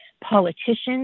politicians